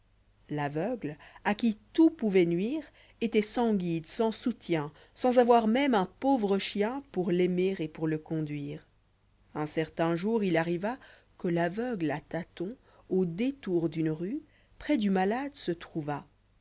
l'aveugle à qui tout pouvoit nuire étoit sans guide sans soutien sans avoir même un pauvre chien pour l'aimer et pour le conduire un certain jour il arriva que l'aveugle à tâtons au détour d'une rue près du malade se trouva